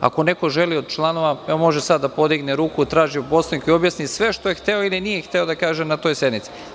Ako neko želi od članova, može sad da podigne ruku, traži reč po Poslovniku i objasni sve što je hteo ili nije hteo da kaže na toj sednici.